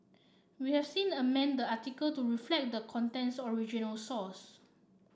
we have since amended the article to reflect the content's original source